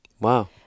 Wow